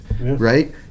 right